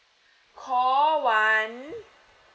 call one